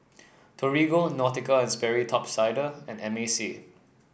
Torigo Nautica And Sperry Top Sider and M A C